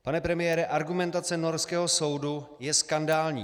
Pane premiére, argumentace norského soudu je skandální.